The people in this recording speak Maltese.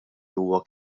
huwa